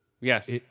Yes